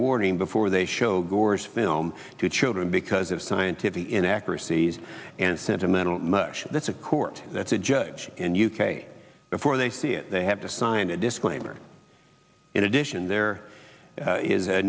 warning before they show gore's film to children because of scientific inaccuracies and sentimental much that's a court that's a judge in the u k before they see it they have to sign a disclaimer in addition there is a